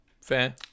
Fair